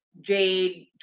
jade